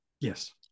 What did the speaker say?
Yes